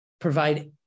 provide